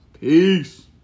Peace